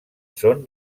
són